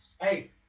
Hey